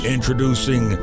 Introducing